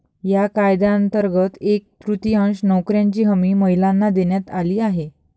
या कायद्यांतर्गत एक तृतीयांश नोकऱ्यांची हमी महिलांना देण्यात आली आहे